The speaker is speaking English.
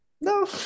no